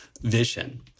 vision